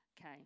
okay